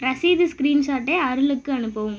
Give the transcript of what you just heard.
ரசீது ஸ்க்ரீன்ஷாட்டை அருளுக்கு அனுப்பவும்